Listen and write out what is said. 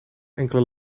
enkele